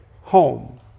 home